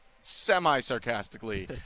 semi-sarcastically